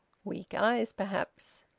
weak eyes, perhaps!